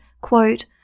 quote